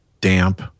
damp